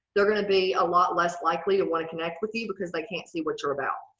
they're gonna be a lot less likely to want to connect with you because they can't see what you're about.